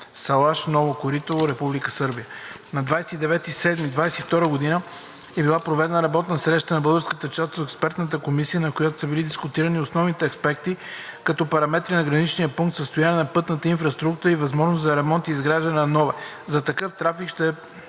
Салаш – Ново корито, Република Сърбия. На 29 юли 2022 г. е била проведена работна среща на българската част от Експертната комисия, на която са били дискутирани основни аспекти като параметри на граничния пункт, състояние на пътната инфраструктура и възможност за ремонт или изграждане на нова, за какъв трафик ще е